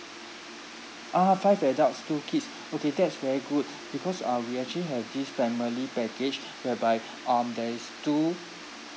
ah five adults two kids okay that is very good because uh we actually have this family package whereby um there is two